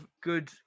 good